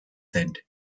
said